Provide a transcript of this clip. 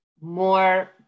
more